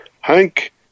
Hank